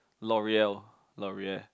Loreal Loreal